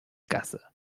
gasse